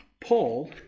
Paul